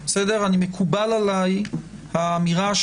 מקובלת עליי האמירה,